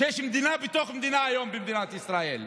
יש מדינה בתוך מדינה היום במדינת ישראל.